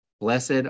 Blessed